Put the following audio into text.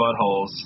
buttholes